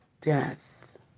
death